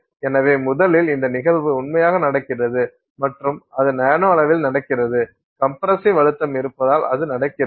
எனவே முதலில் இந்த நிகழ்வு உண்மையாக நடக்கிறது மற்றும் அது நானோ அளவில் நடக்கிறது கம்ப்ரசிவ் அழுத்தம் இருப்பதால் அது நடக்கிறது